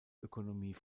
ökonomie